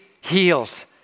heals